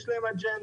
יש להם אג'נדה,